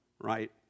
right